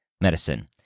Medicine